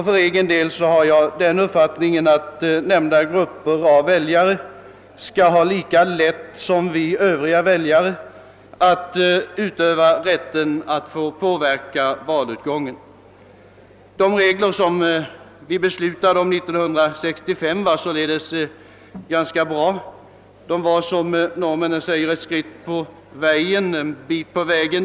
För egen del har jag den uppfattningen att ifrågavarande grupper av väljare skall ha lika lätt som vi övriga väljare att utöva sin rätt att påverka valutgången. De regler som beslutades 1965 var således ganska bra. De utgjorde som norrmännen säger »ett skritt på veien» — vi kom en bit på vägen.